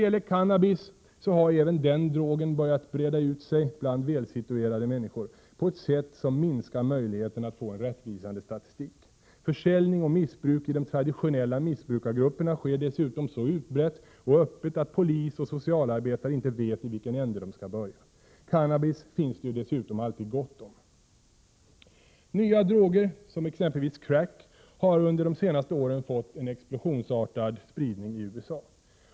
Även cannabis har börjat breda ut sig bland välsituerade människor på ett sätt som minskar möjligheterna att få en rättvisande statistik. Försäljning och missbruk i de traditionella missbrukargrupperna sker dessutom så utbrett och öppet, att polis och socialarbetare inte vet i vilken ände de skall börja. Cannabis finns det ju dessutom alltid gott om. Nya droger, exempelvis crack, har under de senaste åren fått en explosionsartad spridning i USA.